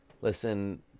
Listen